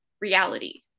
reality